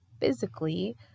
physically